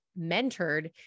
mentored